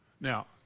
now